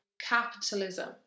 capitalism